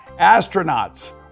Astronauts